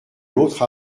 l’autre